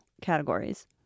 categories